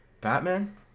Batman